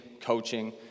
coaching